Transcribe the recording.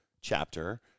chapter